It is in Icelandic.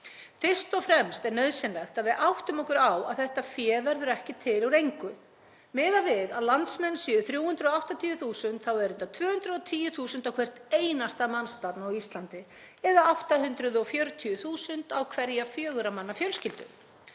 Fyrst og fremst er nauðsynlegt að við áttum okkur á að þetta fé verður ekki til úr engu. Miðað við að landsmenn séu 380.000 þá eru þetta 210.000 á hvert einasta mannsbarn á Íslandi, eða 840.000 á hverja fjögurra manna fjölskyldu.